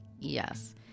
Yes